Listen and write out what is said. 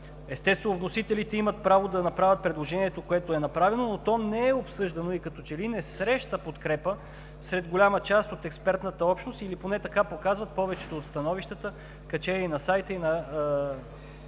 Естествено, вносителите имат право да направят предложението, което е направено, но то не е обсъждано и като че ли не среща подкрепа сред голяма част от експертната общност или поне така показват повечето от становищата, качени на сайта на